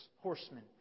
horsemen